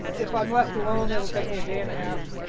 if i'm left alone, it'll take me a day and a half